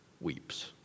weeps